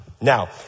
Now